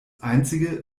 einzige